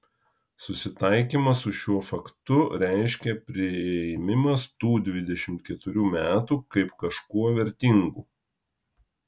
susitaikymas su šiuo faktu reiškia priėmimas tų dvidešimt keturių metų kaip kažkuo vertingų